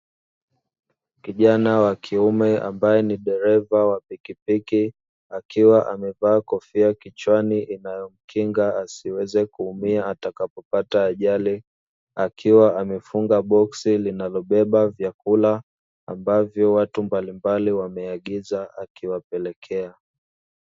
Kijana wa kiume ambaye ni dereva wa pikipiki, akiwa amevaa kofia kichwani inayomkinga asiweze kuumia atakapo pata ajali, akiwa amefunga boksi linalobeba vyakula ambavyo watu mbalimbali wameagiza akiwapelekea.